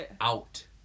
out